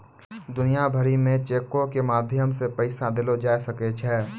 दुनिया भरि मे चेको के माध्यम से पैसा देलो जाय सकै छै